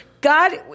God